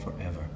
forever